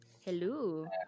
Hello